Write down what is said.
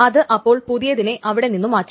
അത് അപ്പോൾ പുതിയതിനെ അവിടെ നിന്നും മാറ്റും